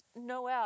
Noel